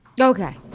Okay